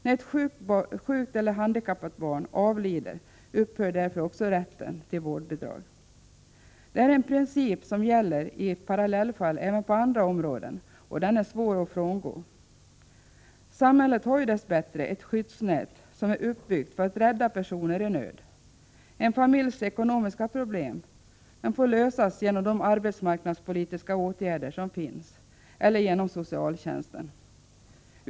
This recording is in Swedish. När ett sjukt eller handikappat barn avlider upphör därför också rätten till vårdbidrag. Detta är en princip som gäller i parallellfall även på andra områden och som är svår att frångå. Samhället har ju dess bättre ett skyddsnät som är uppbyggt för att rädda personer i nöd. En familjs ekonomiska problem får lösas genom de arbetsmarknadspolitiska åtgärder som finns eller genom socialtjänsten.